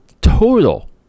total